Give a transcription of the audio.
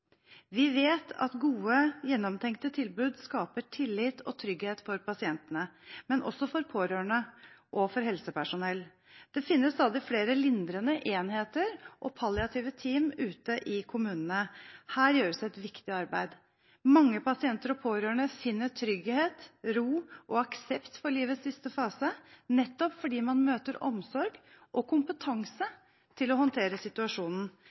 Vi vet at gode, gjennomtenkte tilbud skaper tillit og trygghet for pasientene, men også for pårørende og for helsepersonell. Det finnes stadig flere lindrende enheter og palliative team ute i kommunene. Her gjøres et viktig arbeid. Mange pasienter og pårørende finner trygghet, ro og aksept for livets siste fase, nettopp fordi man møter omsorg og kompetanse til å håndtere situasjonen.